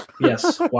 Yes